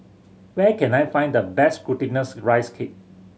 where can I find the best Glutinous Rice Cake